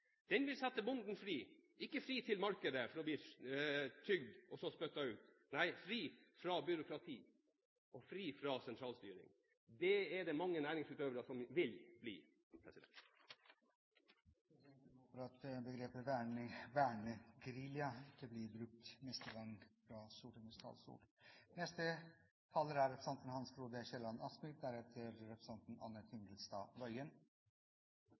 Den vil sette bonden fri, ikke fri til et marked for å bli tygget og så spyttet ut. Nei, fri fra byråkrati og fri fra sentralstyring. Det er det mange næringsutøvere som vil bli. Presidenten håper at begrepet «vernegerilja» ikke blir brukt neste gang fra Stortingets talerstol. Arbeiderbevegelsens ideologiske fanebærer, representanten Kolberg, går opp til de store høyder og spør om opposisjonen vil overlate landbruket til markedet. Da er